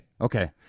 Okay